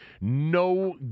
no